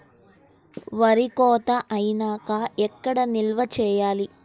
వరి కోత అయినాక ఎక్కడ నిల్వ చేయాలి?